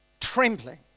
Trembling